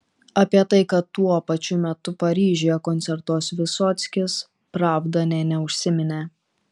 apie tai kad tuo pačiu metu paryžiuje koncertuos vysockis pravda nė neužsiminė